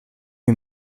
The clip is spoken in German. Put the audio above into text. mir